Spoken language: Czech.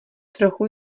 trochu